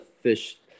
fish